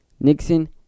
Nixon